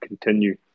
continue